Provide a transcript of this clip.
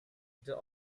the